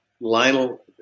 Lionel